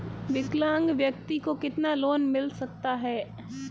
विकलांग व्यक्ति को कितना लोंन मिल सकता है?